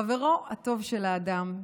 חברו הטוב של האדם,